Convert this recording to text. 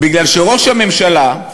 מכיוון שראש הממשלה,